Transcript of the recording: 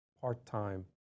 part-time